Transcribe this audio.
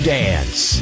dance